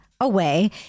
away